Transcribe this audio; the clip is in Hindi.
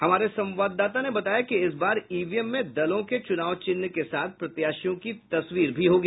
हमारे संवाददाता ने बताया कि इस बार ईवीएम में दलों के चुनाव चिन्ह के साथ प्रत्याशियों की तस्वीर भी होगी